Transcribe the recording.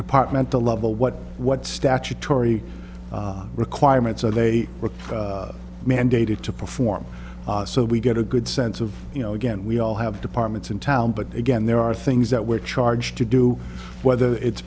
department the level what what statutory requirements are they were mandated to perform so we get a good sense of you know again we all have departments in town but again there are things that we're charged to do whether it's